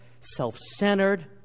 self-centered